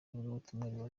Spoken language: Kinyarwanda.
ivugabutumwa